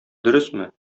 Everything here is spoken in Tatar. дөресме